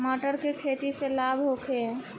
मटर के खेती से लाभ होखे?